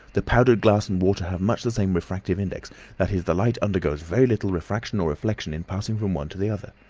the powdered glass and water have much the same refractive index that is, the light undergoes very little refraction or reflection in passing from one to the other.